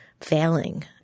failing